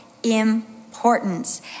importance